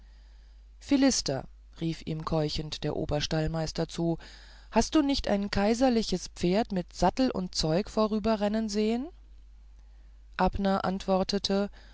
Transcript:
philister rief ihm keuchend der oberstallmeister zu hast du nicht ein kaiserlich pferd mit sattel und zeug vorüberrennen sehen abner antwortete